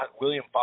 William